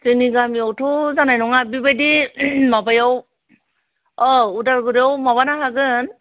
जोंनि गामियावथ' जानाय नङा बेबायदि माबायाव औ उदालगुरियाव माबानो हागोन